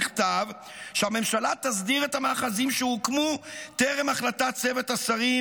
נכתב שהממשלה תסדיר את המאחזים שהוקמו טרם החלטת צוות השרים